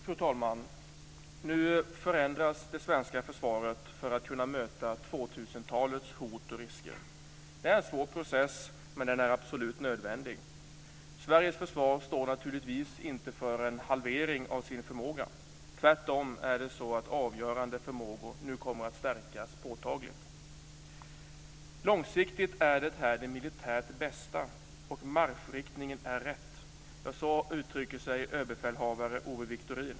Fru talman! Nu förändras det svenska försvaret för att kunna möta 2000-talets hot och risker. Det är en svår process, men den är absolut nödvändig. Sveriges försvar står naturligtvis inte inför en halvering av sin förmåga. Tvärtom är det så att avgörande förmågor nu kommer att stärkas påtagligt. "Långsiktigt är det här det militärt bästa." "Marschriktningen är rätt." Så uttrycker sig överbefälhavare Owe Wiktorin.